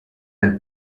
del